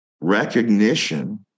recognition